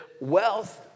wealth